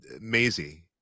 Maisie